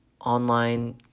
online